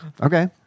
Okay